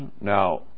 Now